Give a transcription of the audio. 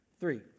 Three